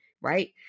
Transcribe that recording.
right